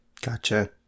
Gotcha